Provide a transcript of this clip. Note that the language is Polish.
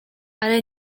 ale